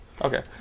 Okay